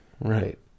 right